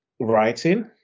writing